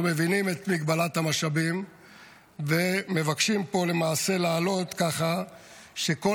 אנחנו מבינים את מגבלת המשאבים ומבקשים פה למעשה להעלות ככה שכל